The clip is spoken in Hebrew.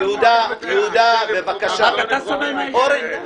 רק אתה סובל מהעישון?